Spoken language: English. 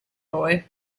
boy